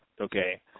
okay